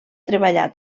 treballar